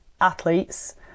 athletes